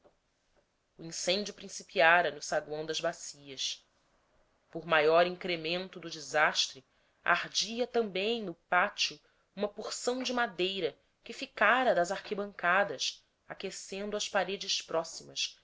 o incêndio principiara no saguão das bacias por maior incremento no desastre ardia também no pátio uma porção de madeira que ficara das arquibancadas aquecendo as paredes próximas